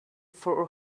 four